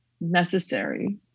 necessary